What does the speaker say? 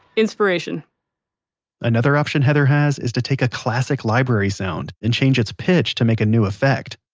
inspiration another option heather has, is to take a classic library sound and change its pitch to make a new effect.